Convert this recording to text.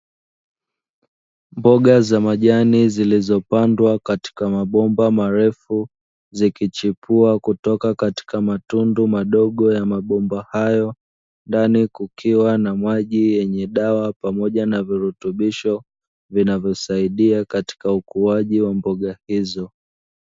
Mboga za majani zilizopandwa katika mabomba marefu, zikichipua kutoka katika matundu madogo ya mabomba hayo, ndani kukiwa na maji yenye dawa pamoja na virutubisho, vinavyosaidia katika ukuaji wa mboga hizo.